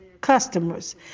customers